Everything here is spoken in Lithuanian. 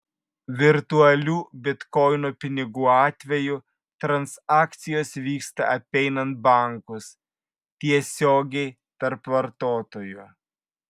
virtualių bitkoino pinigų atveju transakcijos vyksta apeinant bankus tiesiogiai tarp vartotojų